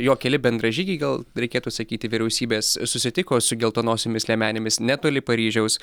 jo keli bendražygiai gal reikėtų sakyti vyriausybės susitiko su geltonosiomis liemenėmis netoli paryžiaus